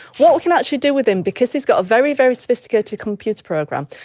what we can actually do with him, because he's got a very, very sophisticated computer program,